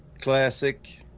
classic